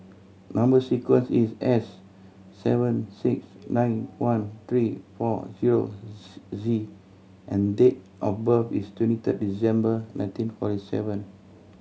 number sequence is S seven six nine one three four zero Z and date of birth is twenty third December nineteen forty seven